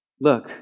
Look